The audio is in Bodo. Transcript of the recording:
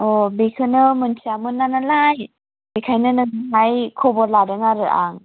अ बेखौनो मोनथियामोन नालाय बेखायनो नोंनावहाय खबर लादों आरो आं